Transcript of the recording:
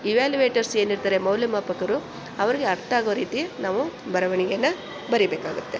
evaluators ಏನಿರ್ತಾರೆ ಮೌಲ್ಯಮಾಪಕರು ಅವರಿಗೆ ಅರ್ಥ ಆಗೋ ರೀತಿ ನಾವು ಬರವಣಿಗೆಯನ್ನು ಬರಿಬೇಕಾಗುತ್ತೆ